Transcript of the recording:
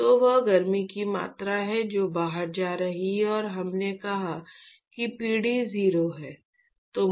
तो वह गर्मी की मात्रा है जो बाहर जा रही है और हमने कहा कि पीढ़ी 0 है